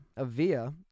Avia